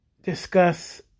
discuss